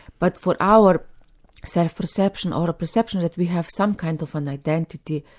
but for our self-perception, or a perception that we have some kind of an identity,